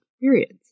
periods